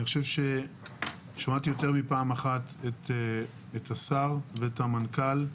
אני חושב ששמעתי יותר מפעם אחת את השר ואת המנכ"ל,